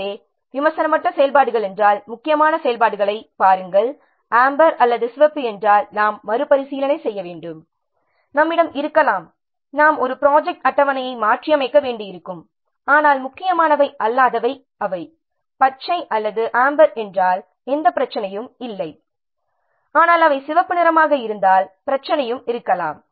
எனவே விமர்சனமற்ற செயல்பாடுகள் என்றால் முக்கியமான செயல்பாடுகளைப் பாருங்கள் அம்பர் அல்லது சிவப்பு என்றால் நாம் மறுபரிசீலனை செய்ய வேண்டும் நம்மிடம் இருக்கலாம் நாங்கள் ஒரு ப்ராஜெக்ட் அட்டவணையை மாற்றியமைக்க வேண்டியிருக்கும் ஆனால் முக்கியமானவை அல்லாதவை அவை பச்சை அல்லது அம்பர் என்றால் எந்த பிரச்சனையும் இல்லை ஆனால் அவை சிவப்பு நிறமாக இருந்தால் பிரச்சனையும் இருக்கலாம்